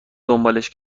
دنبالش